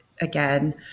again